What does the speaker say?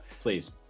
please